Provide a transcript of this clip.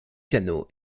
piano